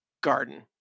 garden